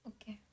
Okay